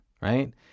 right